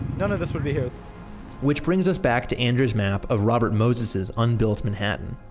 none of this would be here which brings us back to andrew's map of robert moses's unbuilt manhattan.